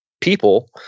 people